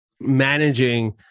managing